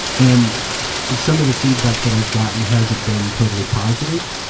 and some of the feedback that i have gotten hasn't been totally positive,